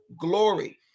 glory